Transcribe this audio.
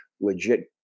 legit